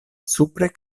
supre